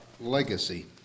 legacy